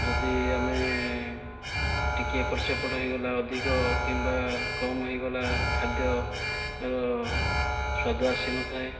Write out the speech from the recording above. ଯଦି ଆମେ ଟିକିଏ ଏପଟ୍ ସେପଟ୍ ହୋଇଗଲା ଅଧିକ କିମ୍ବା କମ୍ ହୋଇଗଲା ଖାଦ୍ୟର ସ୍ୱାଦ ଆସିନଥାଏ